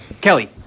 Kelly